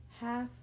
half